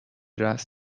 رواز